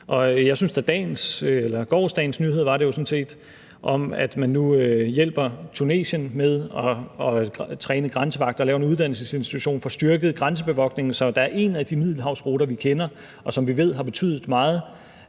jeg synes da, at gårsdagens nyhed om, at man nu hjælper Tunesien med at træne grænsevagter og laver en uddannelsesinstitution for styrket grænsebevogtning, så der er en af de middelhavsrute, som vi kender, og som vi ved har betydet meget,